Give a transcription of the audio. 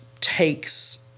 takes –